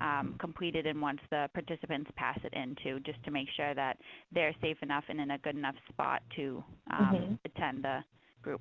um completed and once the participants pass it in, just to make sure that they're safe enough and in a good enough spot to attend the group.